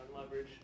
leverage